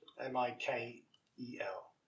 M-I-K-E-L